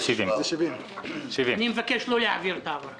זה 70. אני מבקש לא להעביר את ההעברה.